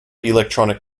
electronic